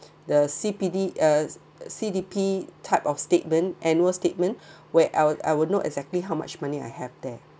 the C_P_D uh C_D_P type of statement annual statement where I would I would know exactly how much money I have there